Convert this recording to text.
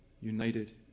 united